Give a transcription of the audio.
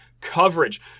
coverage